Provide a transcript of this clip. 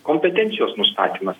kompetencijos nustatymas